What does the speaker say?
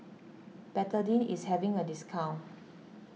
Betadine is having a discount